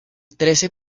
trece